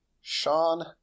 Sean